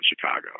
Chicago